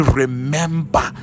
remember